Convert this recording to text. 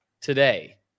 today